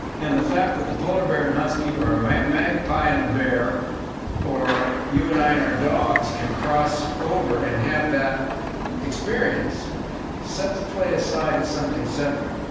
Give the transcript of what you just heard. and the fact that the polar bear and husky or magpie and a bear or you and i and our dogs can crossover and have that experience sets play aside as something separate.